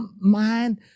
mind